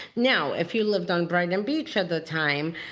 now if you lived on brighton and beach at the time,